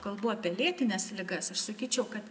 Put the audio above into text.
kalbu apie lėtines ligas aš sakyčiau kad